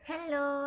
Hello